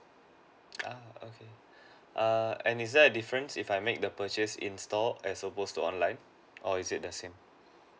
uh okay err and is there a difference if I make the purchase in store as opposed to online or is it the same